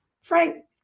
Frank